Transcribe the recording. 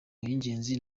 y’ingenzi